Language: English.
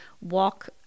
walk